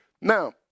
Now